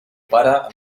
pare